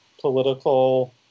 political